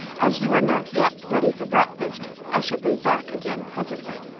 as you are not yet ready for breakfast i shall be back again presently.